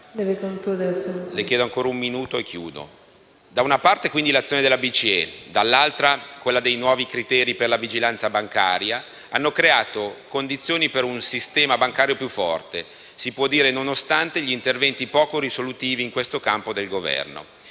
di credito italiani. Da una parte, quindi, l'azione della BCE, dall'altra quella dei nuovi criteri per la vigilanza bancaria hanno creato le condizioni per un sistema bancario più forte - si può dire - nonostante gli interventi poco risolutivi in questo campo del Governo.